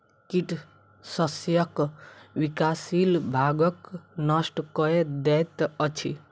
कीट शस्यक विकासशील भागक नष्ट कय दैत अछि